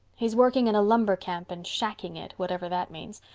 he's working in a lumber camp and shacking it whatever that means.